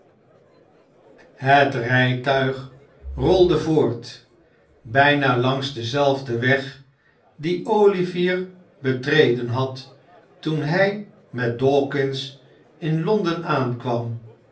het rijtuig rolde voort bijna langs denzelfden weg dien olivier betreden had toen hij met dawkins in londen aankwam